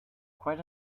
quite